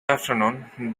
afternoon